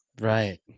Right